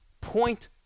point